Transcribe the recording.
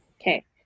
okay